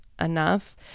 enough